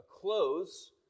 close